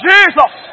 Jesus